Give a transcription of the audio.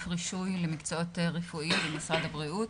רישוי למקצועות רפואיים במשרד הבריאות.